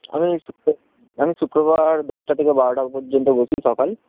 আমি আমি শুক্রবার দশটা থেকে বারোটা পর্যন্ত বসি সকাল